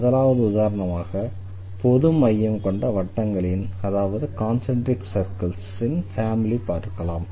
முதலாவது உதாரணமாக பொது மையம் கொண்ட வட்டங்களின் ஃபேமிலியை பார்க்கலாம்